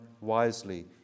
wisely